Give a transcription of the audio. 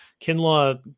Kinlaw